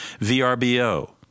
VRBO